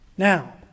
Now